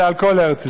אלא על כל ארץ ישראל.